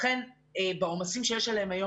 לכן בעומסים שיש עליהם יום,